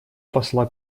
посла